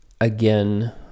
again